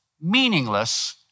meaningless